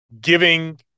giving